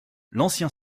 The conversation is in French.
l’ancien